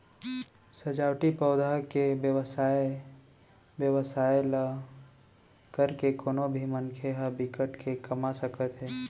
सजावटी पउधा के बेवसाय बेवसाय ल करके कोनो भी मनखे ह बिकट के कमा सकत हे